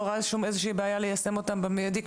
רואה איזושהי בעיה ליישם אותם במיידי,